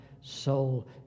soul